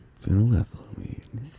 Phenylethylamine